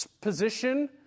position